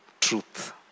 truth